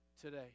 today